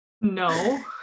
No